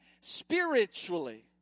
Spiritually